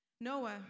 Noah